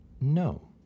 No